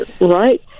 Right